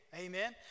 amen